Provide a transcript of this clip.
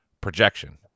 projection